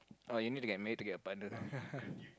or you need to get married to get a partner